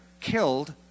killed